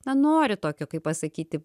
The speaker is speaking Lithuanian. na nori tokio kaip pasakyti